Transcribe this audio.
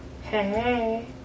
Hey